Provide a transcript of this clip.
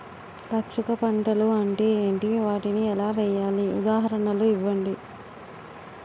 రక్షక పంటలు అంటే ఏంటి? వాటిని ఎలా వేయాలి? ఉదాహరణలు ఇవ్వండి?